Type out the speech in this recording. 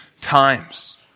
times